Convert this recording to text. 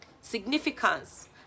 Significance